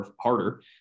harder